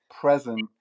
present